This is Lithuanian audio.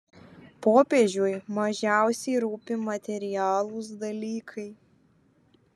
popiežiui mažiausiai rūpi materialūs dalykai